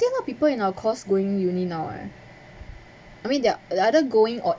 think of people in our course going uni now eh I mean they're either going or